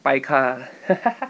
baka